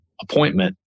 appointment